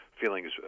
feelings